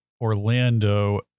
Orlando